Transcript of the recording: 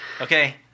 Okay